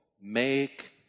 make